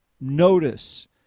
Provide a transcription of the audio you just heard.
notice